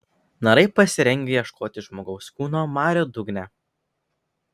narai pasirengę ieškoti žmogaus kūno marių dugne